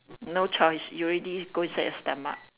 no choice you already go inside your stomach